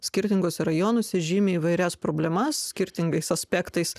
skirtinguose rajonuose žymi įvairias problemas skirtingais aspektais